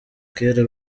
kera